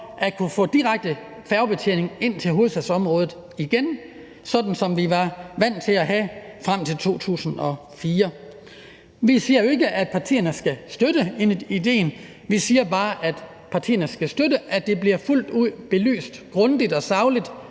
at kunne få direkte færgebetjening ind til hovedstadsområdet igen, sådan som vi var vant til at have frem til 2004. Vi siger jo ikke, at partierne skal støtte idéen. Vi siger bare, at partierne skal støtte, at det bliver fuldt ud belyst, grundigt og sagligt